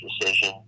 decision